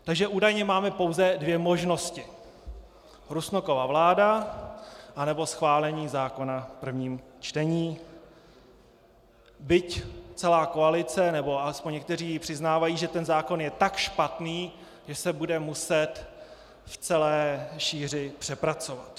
Takže údajně máme pouze dvě možnosti: Rusnokova vláda, anebo schválení zákona v prvním čtení, byť celá koalice, nebo alespoň někteří přiznávají, že ten zákon je tak špatný, že se bude muset v celé šíři přepracovat.